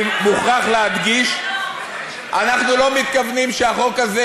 אני מוכרח להדגיש: אנחנו לא מתכוונים שהחוק הזה